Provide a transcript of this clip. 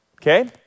okay